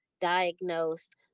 diagnosed